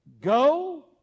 Go